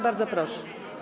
Bardzo proszę.